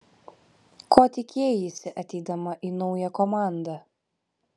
ko tikėjaisi ateidama į naują komandą